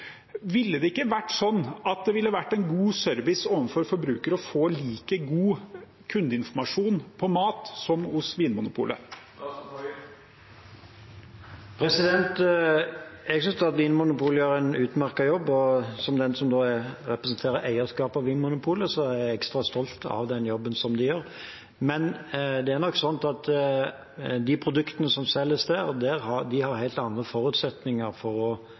Ville det ikke vært god service overfor forbruker at det er like god kundeinformasjon på mat som det er hos Vinmonopolet? Jeg synes at Vinmonopolet gjør en utmerket jobb, og som den som representerer eierskapet av Vinmonopolet, er jeg ekstra stolt av den jobben de gjør. Men det er nok sånn at når det gjelder de produktene som selges der, har man helt andre forutsetninger for å